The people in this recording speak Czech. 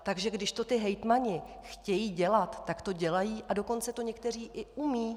Takže když to ti hejtmani chtějí dělat, tak to dělají, a dokonce to někteří i umějí.